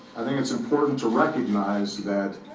i think it's important to recognize that